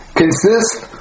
consists